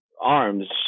arms